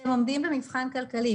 כשהם עומדים במבחן הכלכלי.